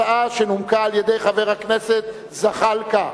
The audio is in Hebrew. הצעה שנומקה על-ידי חבר הכנסת זחאלקה.